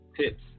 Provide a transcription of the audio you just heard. tips